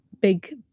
big